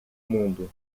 mundo